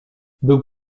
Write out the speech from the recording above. był